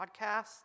podcasts